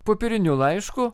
popieriniu laišku